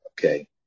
Okay